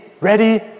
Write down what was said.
ready